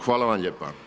Hvala vam lijepo.